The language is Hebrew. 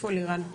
איפה לירן,